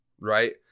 right